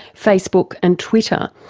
facebook and twitter,